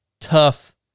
tough